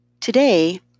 Today